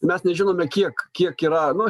mes nežinome kiek kiek yra nu